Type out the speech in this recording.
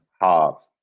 Hobbs